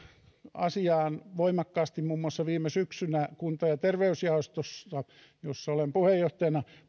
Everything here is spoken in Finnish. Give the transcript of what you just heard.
asiaan voimakkaasti muun muassa viime syksynä kunta ja terveysjaostossa jossa olen puheenjohtajana